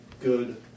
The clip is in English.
good